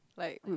like ugh